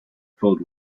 filled